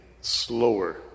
slower